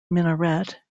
minaret